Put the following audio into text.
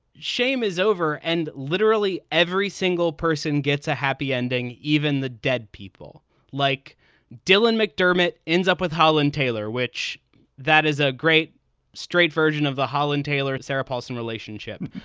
shame is over. and literally, every single person gets a happy ending. even the dead people like dylan mcdermott ends up with holland taylor, which that is a great straight version of the holland taylor sarah paulson relationship.